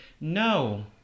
No